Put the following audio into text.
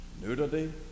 nudity